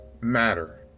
matter